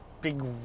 big